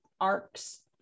arcs